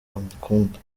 amukunda